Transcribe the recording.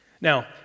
Now